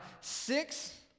Six